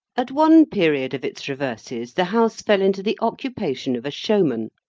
at one period of its reverses, the house fell into the occupation of a showman.